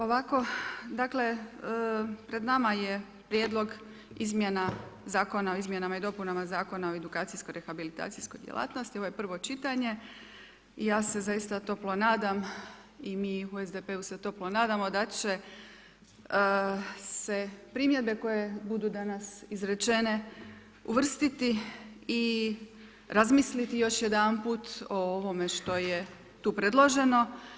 Ovako, dakle, pred nama je prijedlog izmjena, Zakona o izmjenama i dopunama Zakona o edukacijsko rehabilitacijskoj djelatnosti, ovo je prvo čitanje i ja se zaista toplo nadam i mi u SDP-u se toplo nadamo da će se primjedbe koje budu danas izrečene uvrstiti i razmisliti još jedanput o ovome što je tu predloženo.